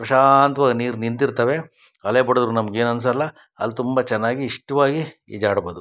ಪ್ರಶಾಂತವಾಜಿ ನೀರು ನಿಂತಿರ್ತವೆ ಅಲೆ ಬಡಿದ್ರು ನಮ್ಗೆ ಏನೂ ಅನಿಸಲ್ಲ ಅಲ್ಲಿ ತುಂಬ ಚೆನ್ನಾಗಿ ಇಷ್ಟವಾಗಿ ಈಜಾಡ್ಬೋದು